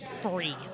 free